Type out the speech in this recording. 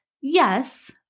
yes